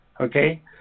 okay